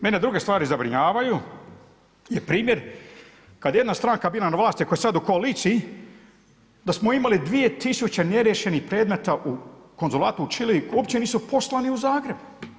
Mene druge stvari zabrinjavaju je primjer kada je jedna stranka bila na vlasti ako je sada u koaliciji da smo imali 2000 ne riješenih predmeta u konzulatu u Čileu koji uopće nisu poslani u Zagreb.